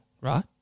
right